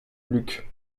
luc